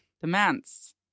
demands